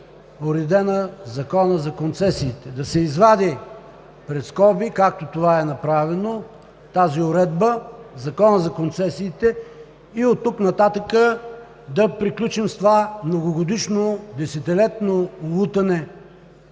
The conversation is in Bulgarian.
уредена в Закона за концесиите. Да се извади пред скоби, както това е направено – тази уредба в Закона за концесиите, и оттук нататък да приключим с това многогодишно, десетилетно лутане